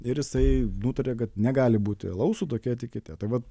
ir jisai nutarė kad negali būti alaus su tokia etikete tai vat